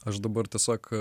aš dabar tiesiog